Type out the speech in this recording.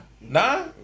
Nah